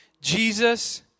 Jesus